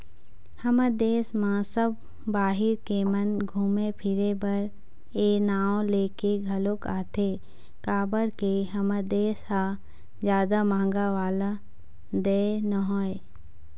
हमर देस म सब बाहिर के मन घुमे फिरे बर ए नांव लेके घलोक आथे काबर के हमर देस ह जादा महंगा वाला देय नोहय